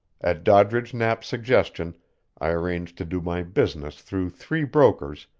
at doddridge knapp's suggestion i arranged to do my business through three brokers,